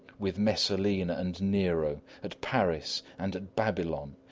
with messalina and nero, at paris and at babylon,